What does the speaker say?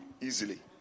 easily